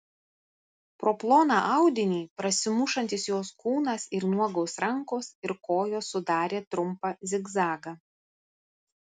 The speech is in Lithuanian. pro ploną audinį prasimušantis jos kūnas ir nuogos rankos ir kojos sudarė trumpą zigzagą